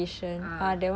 ah